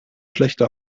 schlechte